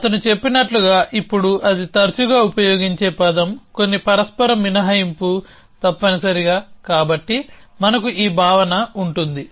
అతను చెప్పినట్లుగా ఇప్పుడు ఇది తరచుగా ఉపయోగించే పదం కొన్ని పరస్పర మినహాయింపు తప్పనిసరిగాకాబట్టి మనకు ఈ భావన ఉంటుంది